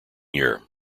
year